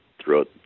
throughout